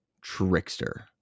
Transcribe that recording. Trickster